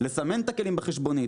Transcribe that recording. לסמן את הכלים בחשבונית.